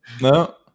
No